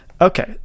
Okay